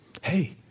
hey